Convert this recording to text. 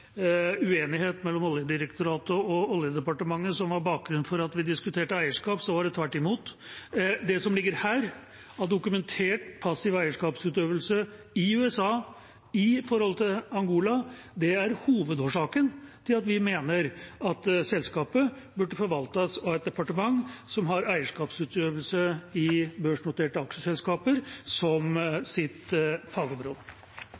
uenighet mellom Oljedirektoratet og Oljedepartementet som var bakgrunnen for at vi diskuterte eierskap, så var det tvert imot. Det som foreligger her av dokumentert passiv eierskapsutøvelse i USA og i Angola, er hovedårsaken til at vi mener at selskapet burde forvaltes av et departement som har eierskapsutøvelse i børsnoterte aksjeselskaper som sitt fagområde.